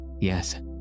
Yes